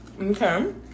Okay